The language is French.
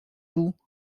vous